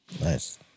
Nice